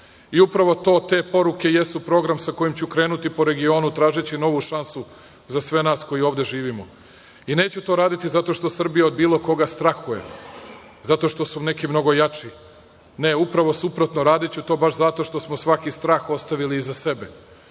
Upravo te poruke jesu program sa kojim ću krenuti po regionu, tražeći novu šansu za sve nas koji ovde živimo. Neću to raditi zato što Srbija od bilo koga strahuje, zato su neki mnogo jači. Ne, upravo suprotno, radiću to baš zato što smo svaki strah ostavili iza sebe. Zato